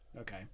Okay